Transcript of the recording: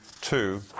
two